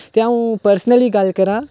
ते अ'ऊं पर्सनली गल्ल करां